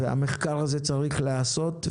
המחקר הזה צריך להיעשות,